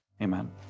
Amen